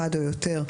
אחד או יותר,